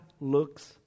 looks